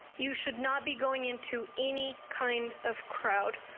you should not be going into any kind of crowd.